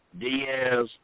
Diaz